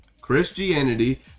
Christianity